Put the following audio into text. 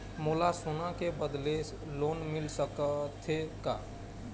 मोला सोना के बदले लोन मिल सकथे का?